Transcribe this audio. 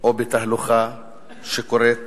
או בתהלוכה שקוראת